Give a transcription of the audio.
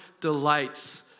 delights